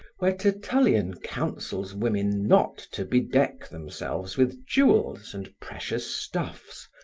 where tertullian counsels women not to bedeck themselves with jewels and precious stuffs,